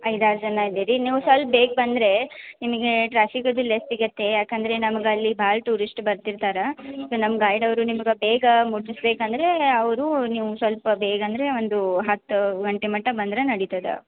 ಐದಾರು ಜನ ಇದ್ದೀರಿ ನೀವು ಸ್ವಲ್ಪ್ ಬೇಗ ಬಂದರೆ ನಿಮಗೆ ಟ್ರಾಫಿಕ್ ಅದು ಲೆಸ್ ಸಿಗುತ್ತೆ ಯಾಕೇಂದ್ರೆ ನಮಗೆ ಅಲ್ಲಿ ಭಾಳ ಟೂರಿಸ್ಟ್ ಬರ್ತಿರ್ತಾರೆ ನಮ್ಮ ಗೈಡ್ ಅವರು ನಿಮ್ಗೆ ಬೇಗ ಮುಟ್ಟಿಸ್ಬೇಕು ಅಂದರೆ ಅವರು ನೀವು ಸ್ವಲ್ಪ ಬೇಗ ಅಂದರೆ ಒಂದು ಹತ್ತು ಗಂಟೆ ಮಟ ಬಂದರೆ ನಡೀತದೆ